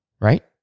Right